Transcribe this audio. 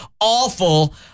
awful